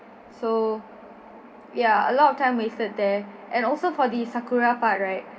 so yeah a lot of time wasted there and also for the sakura part right